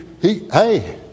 Hey